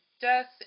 death